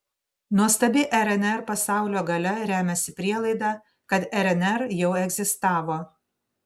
nuostabi rnr pasaulio galia remiasi prielaida kad rnr jau egzistavo